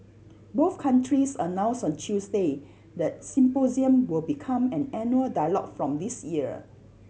both countries announced on Tuesday that the symposium will become an annual dialogue from this year